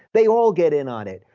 they all get in on it.